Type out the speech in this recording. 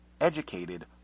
educated